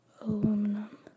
Aluminum